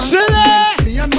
Silly